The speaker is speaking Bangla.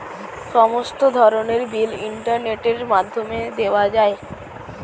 সমস্ত ধরনের বিল ইন্টারনেটের মাধ্যমে দেওয়া যায়